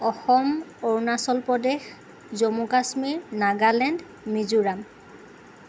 Assam Arunachal Pradesh Jammu Kashmir Nagaland Mizoram